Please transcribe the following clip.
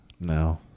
No